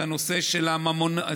כל הנושא הממוני,